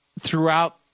throughout